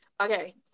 Okay